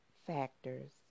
factors